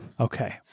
Okay